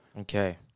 Okay